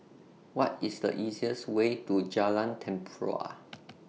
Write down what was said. What IS The easiest Way to Jalan Tempua